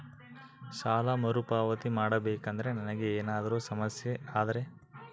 ಸಾಲ ಮರುಪಾವತಿ ಮಾಡಬೇಕಂದ್ರ ನನಗೆ ಏನಾದರೂ ಸಮಸ್ಯೆ ಆದರೆ?